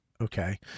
Okay